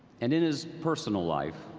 and in his personal life